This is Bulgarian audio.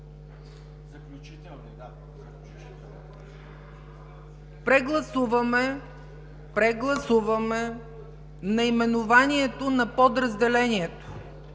Прегласуваме наименованието на подразделението